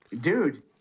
dude